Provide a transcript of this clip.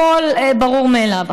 הכול ברור מאליו.